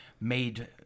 made